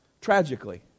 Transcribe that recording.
tragically